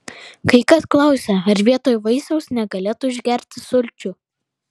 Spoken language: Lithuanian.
kai kas klausia ar vietoj vaisiaus negalėtų išgerti sulčių